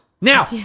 Now